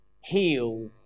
heal